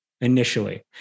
initially